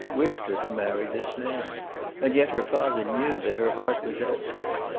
wished her to marry this man and yet her father knew that her heart was elsewhere.